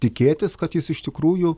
tikėtis kad jis iš tikrųjų